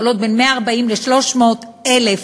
עולות בין 140,000 ל-300,000